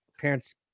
parents